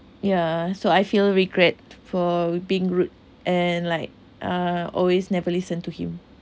ya so I feel regret for being rude and like uh always never listen to him